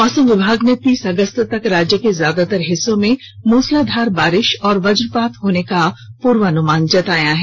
मौसम विभाग ने तीस अगस्त तक राज्य के ज्यादातर हिस्सों में मूसलाधार बारिश और वजपात होने का पूर्वानुमान जताया है